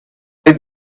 bei